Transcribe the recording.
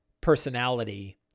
personality